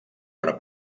per